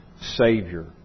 Savior